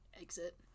exit